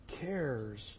cares